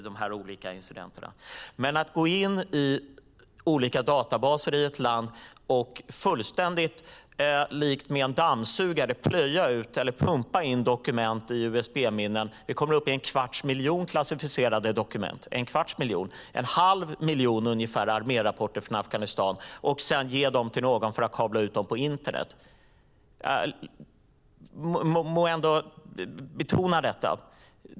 Det finns inte något land i världen där det är lagligt att gå in i olika databaser i ett land och likt en dammsugare pumpa in dokument i usb-minnen - en kvarts miljon klassificerade dokument varav ungefär en halv miljon är armérapporter från Afghanistan - och sedan ge dem till någon för att kabla ut dem på internet. Jag må ändå betona detta.